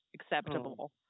acceptable